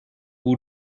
hoe